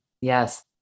Yes